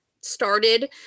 started